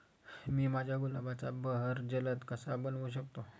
मी माझ्या गुलाबाचा बहर जलद कसा बनवू शकतो?